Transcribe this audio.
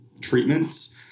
treatments